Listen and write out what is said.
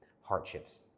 hardships